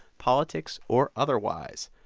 politics or otherwise.